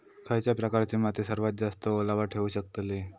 खयच्या प्रकारची माती सर्वात जास्त ओलावा ठेवू शकतली?